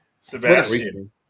Sebastian